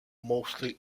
mostly